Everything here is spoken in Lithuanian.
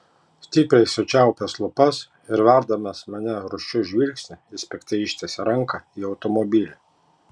stipriai sučiaupęs lūpas ir verdamas mane rūsčiu žvilgsniu jis piktai ištiesia ranką į automobilį